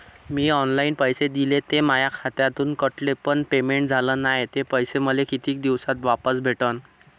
मीन online पैसे दिले, ते माया खात्यातून कटले, पण पेमेंट झाल नायं, ते पैसे मले कितीक दिवसात वापस भेटन?